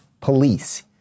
police